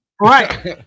Right